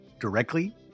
directly